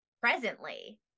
presently